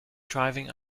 driving